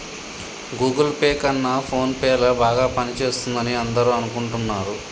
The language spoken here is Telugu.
గూగుల్ పే కన్నా ఫోన్ పే ల బాగా పనిచేస్తుందని అందరూ అనుకుంటున్నారు